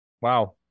Wow